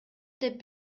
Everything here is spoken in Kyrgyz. деп